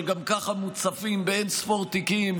שגם ככה מוצפים באין-ספור תיקים.